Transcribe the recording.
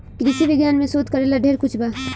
कृषि विज्ञान में शोध करेला ढेर कुछ बा